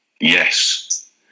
Yes